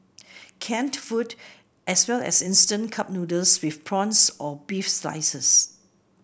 canned food as well as instant cup noodles with prawns or beef slices